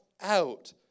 out